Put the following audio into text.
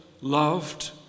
loved